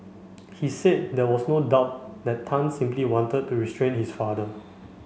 he said there was no doubt that Tan simply wanted to restrain his father